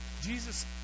Jesus